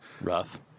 Rough